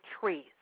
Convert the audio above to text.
trees